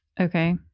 Okay